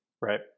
Right